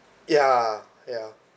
ya ya